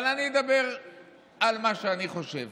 אבל אני אדבר על מה שאני חושב